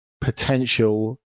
potential